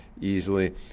Easily